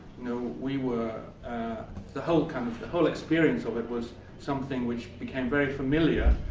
know, we were the whole kind of the whole experience of it was something which became very familiar,